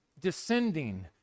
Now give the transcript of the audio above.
descending